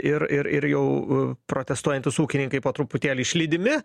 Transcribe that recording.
ir ir jau protestuojantys ūkininkai po truputėlį išlydimi